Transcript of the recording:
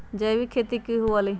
जैविक खेती की हुआ लाई?